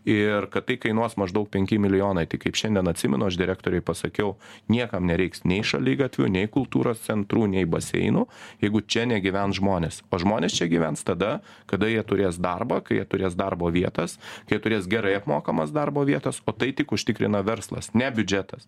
ir kad tai kainuos maždaug penki milijonai tai kaip šiandien atsimenu aš direktoriui pasakiau niekam nereiks nei šaligatvių nei kultūros centrų nei baseinų jeigu čia negyvens žmonės o žmonės čia gyvens tada kada jie turės darbą kai jie turės darbo vietas kai turės gerai apmokamas darbo vietas o tai tik užtikrina verslas ne biudžetas